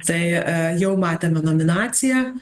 tai jau matėme nominaciją